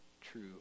true